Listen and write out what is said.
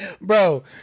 Bro